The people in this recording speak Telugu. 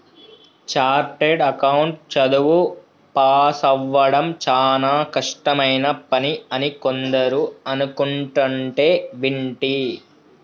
చార్టెడ్ అకౌంట్ చదువు పాసవ్వడం చానా కష్టమైన పని అని కొందరు అనుకుంటంటే వింటి